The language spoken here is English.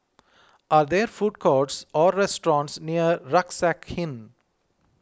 are there food courts or restaurants near Rucksack Inn